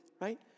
Right